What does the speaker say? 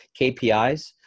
KPIs